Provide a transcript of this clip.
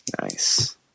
Nice